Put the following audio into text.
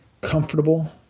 comfortable